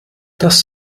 dass